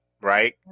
right